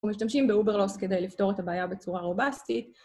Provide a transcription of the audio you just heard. ‫אנחנו משתמשים באוברלוס ‫כדי לפתור את הבעיה בצורה רובסטית.